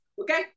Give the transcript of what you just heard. Okay